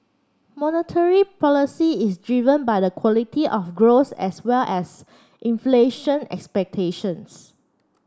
monetary policy is driven by the quality of growth as well as inflation expectations